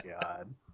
God